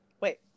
wait